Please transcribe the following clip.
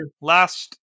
Last